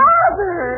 Father